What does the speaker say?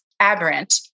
aberrant